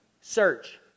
Search